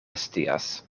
scias